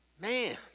Man